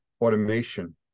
automation